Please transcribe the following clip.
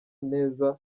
neza